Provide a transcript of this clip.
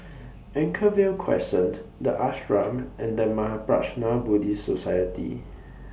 Anchorvale Crescent The Ashram and The Mahaprajna Buddhist Society